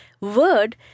word